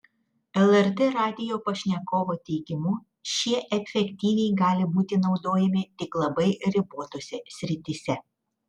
lrt radijo pašnekovo teigimu šie efektyviai gali būti naudojami tik labai ribotose srityse